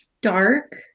dark